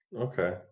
okay